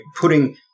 putting